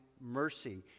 mercy